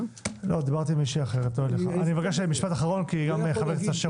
משפט אחרון, בבקשה.